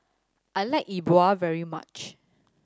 I like E Bua very much